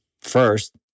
first